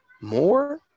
more